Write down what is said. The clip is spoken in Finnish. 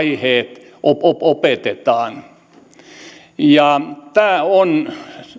aiheet opetetaan tämä on